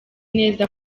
neza